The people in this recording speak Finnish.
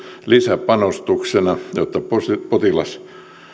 lisäpanostuksena jotta potilas